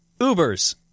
Ubers